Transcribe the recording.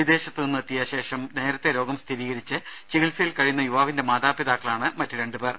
വിദേശത്തു നിന്നെത്തിയ ശേഷം നേരത്തെ രോഗം സ്ഥിരീകരിച്ച് ചികിത്സയിൽ കഴിയുന്ന യുവാവിന്റെ മാതാപിതാക്കളാണ് മറ്റു രണ്ടുപേർ